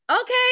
okay